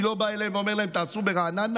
אני לא בא אליהם ואומר להם: תעשו ברעננה